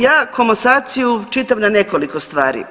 Ja komasaciju čitam na nekoliko stvari.